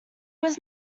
was